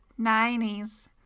90s